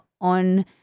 on